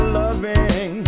loving